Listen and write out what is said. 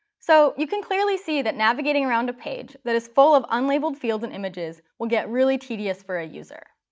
so, you can clearly see that navigating around a page that is full of unlabeled field and images will get really tedious for a user.